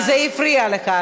כי זה הפריע לך.